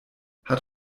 hat